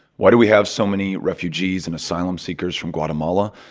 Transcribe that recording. why do we have so many refugees and asylum-seekers from guatemala?